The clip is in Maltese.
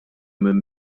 minn